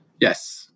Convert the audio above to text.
yes